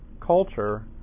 culture